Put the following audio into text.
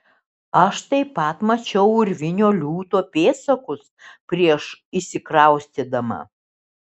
aš taip pat mačiau urvinio liūto pėdsakus prieš įsikraustydama